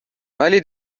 ولی